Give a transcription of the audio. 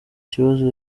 kibazo